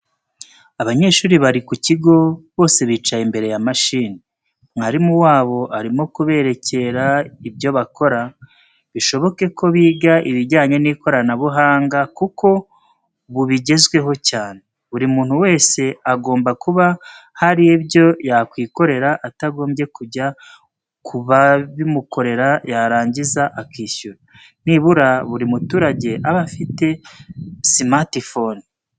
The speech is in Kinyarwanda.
Abanyeshuri bari ku kigo, bose bicaye imbere ya mashini, mwarimu wabo arimo kuberekera ibyo bakora, bishoboke ko biga ibijyanye n'ikoranabuhanga kuko ubu bigezweho cyane. Buri muntu wese agomba kuba hari ibyo ya kwikorera atagombye kujya kubabimukorera yarangiza akishyura. Nibura buri muturage abe afite sumatifoni.